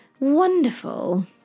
wonderful